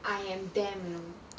I am them you know